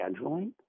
scheduling